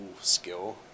skill